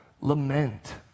lament